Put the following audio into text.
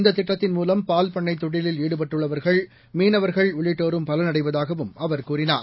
இந்த திட்டத்தின் மூலம் பால்பண்ணைத் தொழிலில் ஈடுபட்டுள்ளவர்கள் மீனவர்கள் உள்ளிட்டோரும் பலன் அடைவதாகவும் அவர் கூறினார்